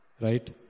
Right